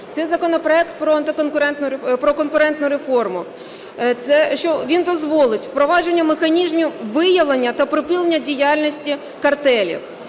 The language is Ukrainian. Це законопроект про конкурентну реформу, що він дозволить впровадження механізмів виявлення та припинення діяльності картелів,